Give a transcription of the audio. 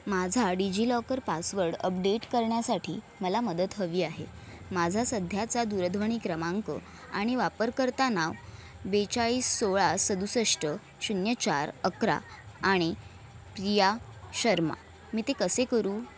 माझा DigiLocker password update करण्यासाठी मला मदत हवी आहे माझा सध्याचा दूरध्वनी क्रमांक आणि वापरकर्ता नाव बेचाळीस सोळा सदुसष्ट शून्य चार अकरा आणि प्रिया शर्मा मी ते कसे करू